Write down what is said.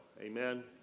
Amen